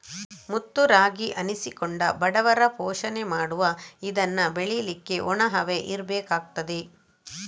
ಮುತ್ತು ರಾಗಿ ಅನ್ನಿಸಿಕೊಂಡ ಬಡವರ ಪೋಷಣೆ ಮಾಡುವ ಇದನ್ನ ಬೆಳೀಲಿಕ್ಕೆ ಒಣ ಹವೆ ಇರ್ಬೇಕಾಗ್ತದೆ